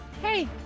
Hey